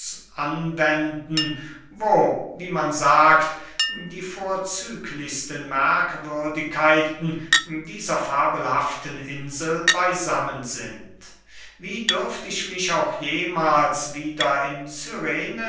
anwenden wo wie man sagt die vorzüglichsten merkwürdigkeiten dieser fabelhaften insel beysammen sind wie dürft ich mich auch jemahls wieder in cyrene